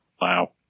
Wow